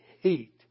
hate